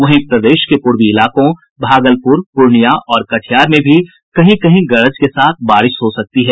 वहीं प्रदेश के पूर्वी इलाकों भागलपुर पूर्णिया और कटिहार में भी कहीं कहीं गरज के साथ बारिश हो सकती है